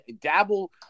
Dabble